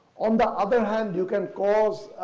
on the other hand, you can cause,